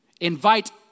Invite